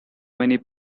many